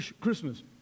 Christmas